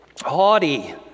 haughty